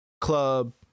club